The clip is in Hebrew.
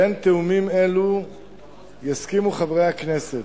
בין תיאומים אלה יסכימו חברי הכנסת: